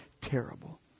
terrible